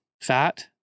fat